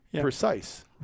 precise